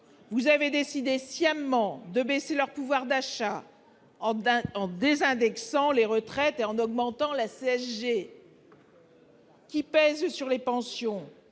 Vous avez décidé sciemment de baisser leur pouvoir d'achat en désindexant les retraites et en augmentant la contribution